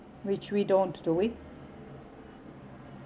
which we don't do it